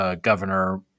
governor